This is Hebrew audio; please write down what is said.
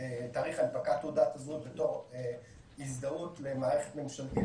בתאריך הנפקת תעודת הזהות בתור הזדהות למערכת ממשלתית,